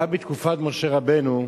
גם בתקופת משה רבנו,